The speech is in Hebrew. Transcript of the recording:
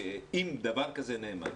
אם דבר כזה נאמר,